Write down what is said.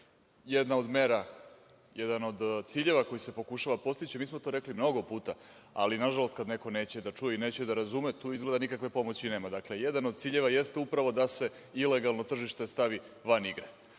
Jedna od mera, jedan od ciljeva koji se pokušava postići, mi smo to rekli mnogo puta, ali, na žalost kada neko neće da čuje i neće da razume, tu izgleda nikakve pomoći nema. Dakle, jedan od ciljeva jeste upravo da se ilegalno tržište stavi van igre.A